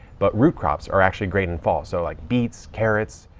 but root crops are actually great in fall so like beets, carrots,